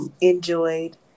Enjoyed